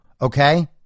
Okay